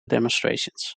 demonstrations